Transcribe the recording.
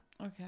Okay